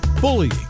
Bullying